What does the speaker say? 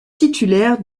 titulaire